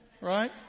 Right